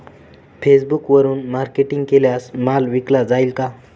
फेसबुकवरुन मार्केटिंग केल्यास माल विकला जाईल का?